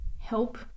help